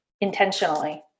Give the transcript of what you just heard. intentionally